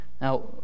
Now